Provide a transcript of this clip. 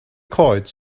coed